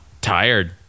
tired